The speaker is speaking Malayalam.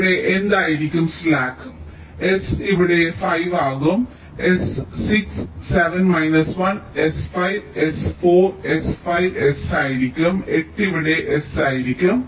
ഇവിടെ എന്തായിരിക്കും സ്ലാക്ക് S ഇവിടെ 5 ആകും S 6 7 minus 1 S 5 S 4 S 5 S ആയിരിക്കും 8 ഇവിടെ S ആയിരിക്കും 4